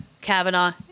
Kavanaugh